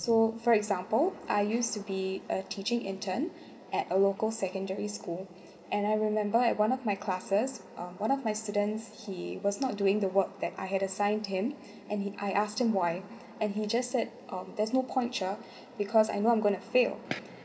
so for example I used to be a teaching intern at a local secondary school and I remember at one of my classes uh one of my students he was not doing the work that I had assigned him and he I asked him why and he just said um there's no point teacher because I know I'm going to fail